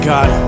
God